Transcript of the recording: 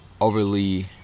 overly